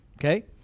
Okay